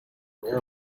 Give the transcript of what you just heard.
where